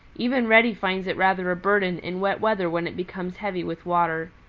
even reddy finds it rather a burden in wet weather when it becomes heavy with water.